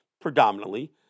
predominantly